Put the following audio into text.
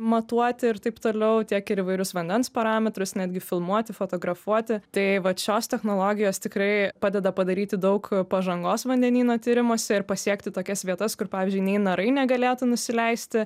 matuoti ir taip toliau tiek ir įvairius vandens parametrus netgi filmuoti fotografuoti tai vat šios technologijos tikrai padeda padaryti daug pažangos vandenyno tyrimuose ir pasiekti tokias vietas kur pavyzdžiui nei narai negalėtų nusileisti